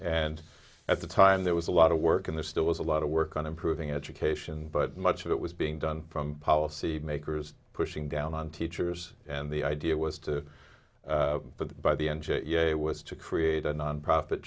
and at the time there was a lot of work in there still was a lot of work on improving education but much of it was being done from policy makers pushing down on teachers and the idea was to but by the engine it was to create a nonprofit